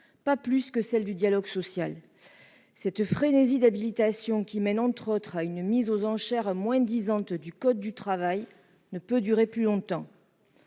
pas plus que celle du dialogue social. Cette frénésie d'habilitations qui mène, entre autres, à une mise aux enchères moins-disantes du code du travail ne peut durer plus longtemps.